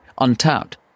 untapped